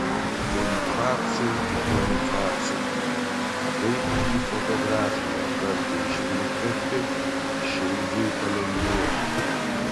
bonifacai bonifacai kad taip į fotografiją kartais žvilgterti širdžiai palengvėtų